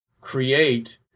create